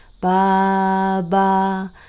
Baba